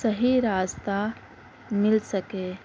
صحیح راستہ مل سکے